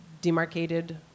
demarcated